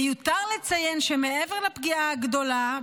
מיותר לציין שמעבר לפגיעה הגדולה,